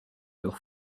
leur